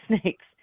snakes